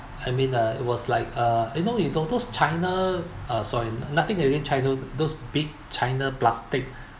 I mean uh it was like uh you know you those those china uh sorry nothing to do with china those big china plastic